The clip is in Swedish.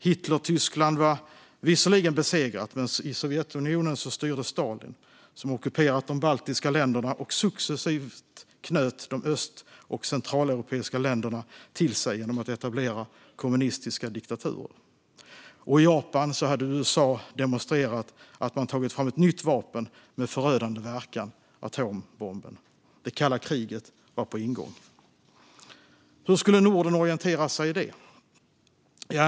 Hitlertyskland var visserligen besegrat, men i Sovjetunionen styrde Stalin, som ockuperat de baltiska länderna och successivt knöt de öst och centraleuropeiska länderna till sig genom att etablera kommunistiska diktaturer. I Japan hade USA demonstrerat att man tagit fram ett nytt vapen med förödande verkan - atombomben. Det kalla kriget var på ingång. Hur skulle Norden orientera sig i detta?